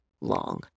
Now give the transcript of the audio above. long